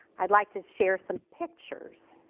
i'd like to share some pictures